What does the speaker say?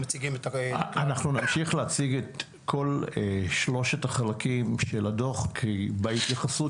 אנחנו נמשיך להציג את כל שלושת החלקים של הדו"ח כי בהתייחסות